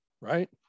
right